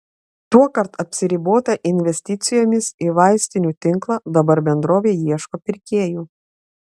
tuokart apsiribota investicijomis į vaistinių tinklą dabar bendrovė ieško pirkėjų